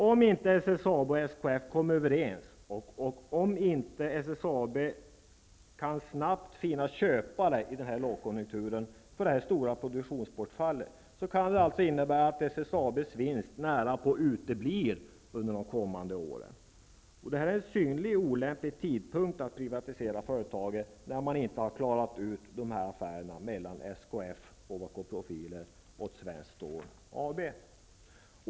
Om inte SSAB och SKF kommer överens, och om inte SSAB snabbt kan finna köpare i denna lågkonjunktur för att förhindra detta stora produktionsbortfall, kan det innebära att SSAB:s vinst nära på uteblir under de kommande åren. Det är en synnerligen olämplig tidpunkt att privatisera företaget när inte affärerna mellan SKF, Ovako Profiler och SSAB har klarats ut.